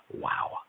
Wow